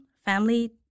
Family